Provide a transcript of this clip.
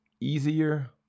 easier